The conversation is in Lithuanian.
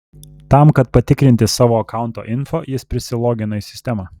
tam kad patikrinti savo akaunto info jis prisilogino į sistemą